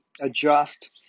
adjust